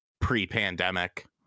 pre-pandemic